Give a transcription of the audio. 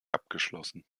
abgeschlossen